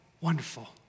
Wonderful